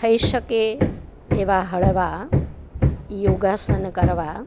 થઈ શકે એવા હળવા યોગાસન કરવા